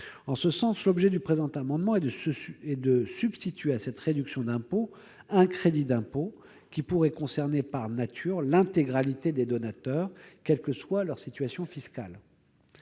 En ce sens, l'objet du présent amendement est de substituer à cette réduction d'impôt un crédit d'impôt, qui pourrait concerner, par nature, l'intégralité des donateurs, quelle que soit leur situation fiscale.